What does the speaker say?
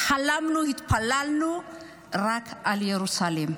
חלמנו, התפללנו רק על ירוסלם.